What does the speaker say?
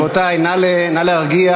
רבותי, נא להרגיע.